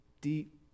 deep